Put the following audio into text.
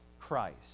Christ